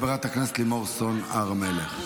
חברת הכנסת לימור סון הר מלך.